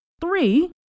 Three